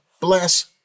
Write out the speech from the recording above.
bless